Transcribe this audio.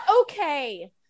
okay